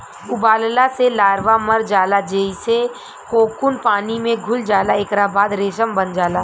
उबालला से लार्वा मर जाला जेइसे कोकून पानी में घुल जाला एकरा बाद रेशम बन जाला